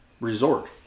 resort